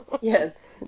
Yes